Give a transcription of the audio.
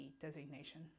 designation